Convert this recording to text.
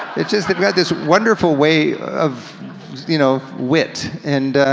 it's just they've got this wonderful way of you know wit. and,